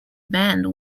band